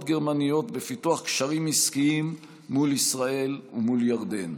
גרמניות בפיתוח קשרים עסקיים מול ישראל ומול ירדן.